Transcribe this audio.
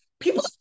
People